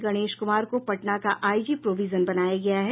गणेश कुमार को पटना का IG provision बनाया गया है